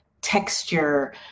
texture